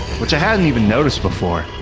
which i hadn't even noticed before.